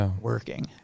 working